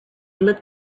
looked